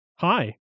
Hi